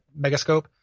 megascope